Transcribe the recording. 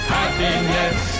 happiness